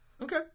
Okay